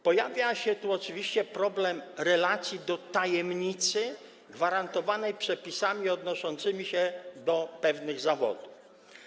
Pojawia się tu oczywiście problem relacji do tajemnicy gwarantowanej przepisami odnoszącymi się do pewnych zawodów.